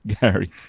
Gary